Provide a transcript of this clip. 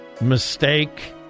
mistake